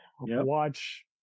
watch